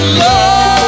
love